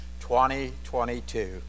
2022